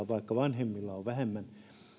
vaikka vanhemmilla on vähemmän